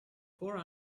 four